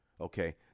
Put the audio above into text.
Okay